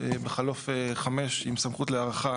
בחלוף חמש שנים עם סמכות להארכה